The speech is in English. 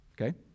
okay